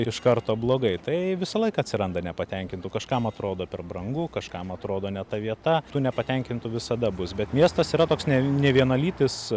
ir iš karto blogai tai visą laiką atsiranda nepatenkintų kažkam atrodo per brangu kažkam atrodo ne ta vieta tų nepatenkintų visada bus bet miestas yra toks ne nevienalytis